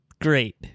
Great